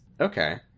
Okay